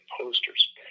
posters